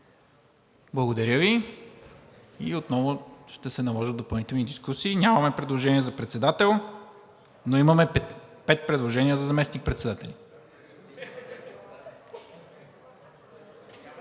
Благодаря Ви. И отново ще се наложат допълнителни дискусии. Нямаме предложение за председател, но имаме пет предложения за заместник-председатели.